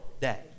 day